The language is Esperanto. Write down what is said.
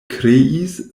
kreis